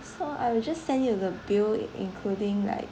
so I will just send you the bill in~ including like